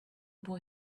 boy